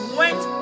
went